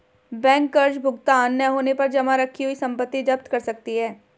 bank कर्ज भुगतान न होने पर जमा रखी हुई संपत्ति जप्त कर सकती है